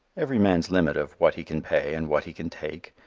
every man's limit of what he can pay and what he can take,